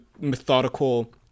methodical